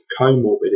comorbidities